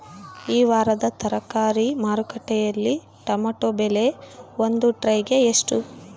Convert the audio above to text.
ಈ ವಾರದ ತರಕಾರಿ ಮಾರುಕಟ್ಟೆಯಲ್ಲಿ ಟೊಮೆಟೊ ಬೆಲೆ ಒಂದು ಟ್ರೈ ಗೆ ಎಷ್ಟು?